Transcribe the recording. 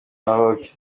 maroc